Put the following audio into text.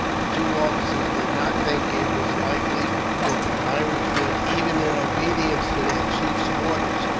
the two officers did not think it was likely that the pirates would, even in obedience to their chief's orders,